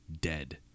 dead